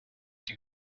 die